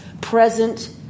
present